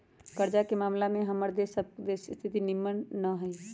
कर्जा के ममला में हमर सभ के देश के स्थिति सेहो निम्मन न हइ